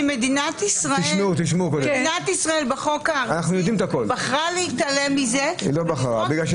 בחוק הארצי מדינת ישראל בחרה להתעלם מזה --- היא לא בחרה בזה.